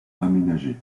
aménagés